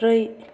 ब्रै